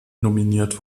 nominiert